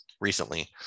recently